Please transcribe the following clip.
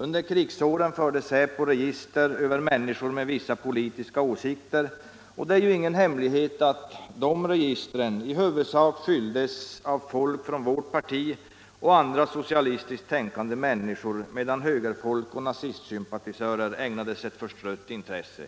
Under krigsåren förde säpo register över människor med vissa politiska åsikter, och det är ingen hemlighet att de registren i huvudsak fylldes av folk från vårt parti och andra socialistiskt tänkande människor, medan högerfolk och nazistsympatisörer ägnades ett förstrött intresse,